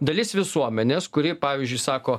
dalis visuomenės kuri pavyzdžiui sako